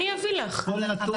כל נתון אני פה.